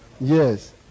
Yes